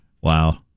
Wow